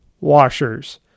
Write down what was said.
washers